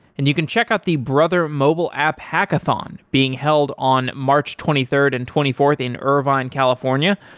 and you can check out the brother mobile app hackathon being held on march twenty third and twenty fourth in irvine, california.